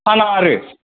फाना आरो